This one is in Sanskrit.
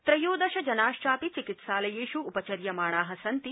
त्रयोदश जनाश्च चिकित्सालयेष् उपचर्यमाणा सन्ति